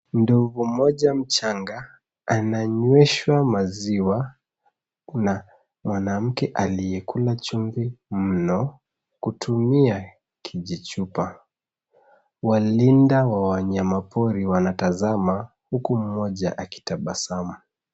Ndovu moja mchanga ananyweshwa maziwa na mwanamke aliyekula chumvi mno kutumia kijichupa. Walinda wa wanyama pori wanatazama huku moja akitabasamu.